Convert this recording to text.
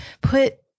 put